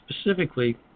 specifically